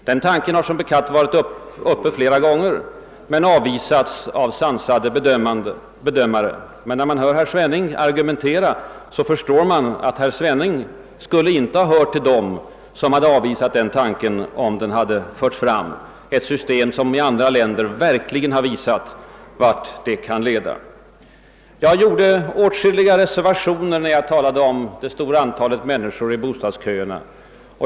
Den tanken har som bekant varit uppe flera gånger och avvisats av sansade bedömare. Men när jag hör herr Svenning argumentera förstår jag att herr Svenning inte skulle ha hört till dem som skulle ha avvisat tanken — om den hade förts fram — på ett system som i andra länder har fått verkligt allvarliga följder. Jag gjorde åtskilliga reservationer när jag talade om det stora antalet människor i bostadskön.